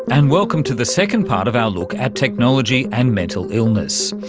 and welcome to the second part of our look at technology and mental illness.